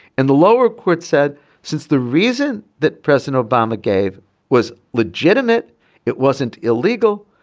and the lower court said since the reason that president obama gave was legitimate it wasn't illegal.